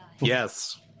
Yes